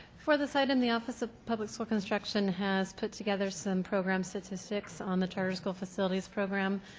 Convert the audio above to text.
for this item, the office of public school construction has put together some program statistics on the charter school facilities program.